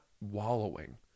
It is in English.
wallowing